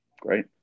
Great